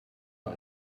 war